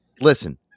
listen